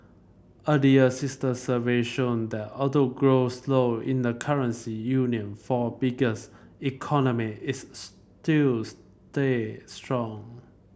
earlier sister survey showed that although growth slowed in the currency union four biggest economy its still stayed strong